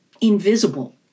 invisible